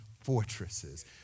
fortresses